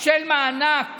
של מענק